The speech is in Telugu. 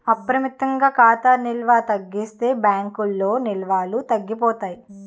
అపరిమితంగా ఖాతా నిల్వ తగ్గించేస్తే బ్యాంకుల్లో నిల్వలు తగ్గిపోతాయి